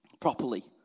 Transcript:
properly